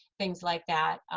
things like that.